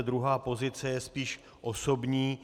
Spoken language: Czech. Druhá pozice je spíš osobní.